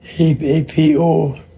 APO